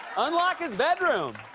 unlock his bedroom.